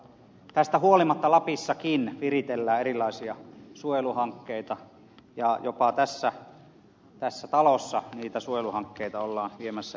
tästä huolimatta lapissakin viritellään erilaisia suojeluhankkeita ja jopa tässä talossa niitä suojeluhankkeita ollaan viemässä eteenpäin